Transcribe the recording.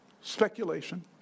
Speculation